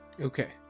Okay